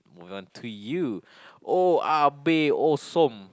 moving on to you oya-beh-ya-som